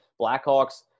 Blackhawks